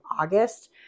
August